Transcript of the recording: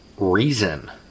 reason